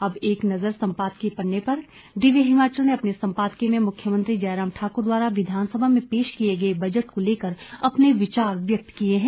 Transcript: अब एक नज़र सम्पादकीय पन्ने पर दिव्य हिमाचल ने अपने सम्पादकीय में मुख्यमंत्री जयराम ठाकुर द्वारा विधानसभा में पेश किये गए बजट को लेकर अपने विचार व्यक्त किये हैं